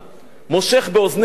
"מושך באוזני כלב".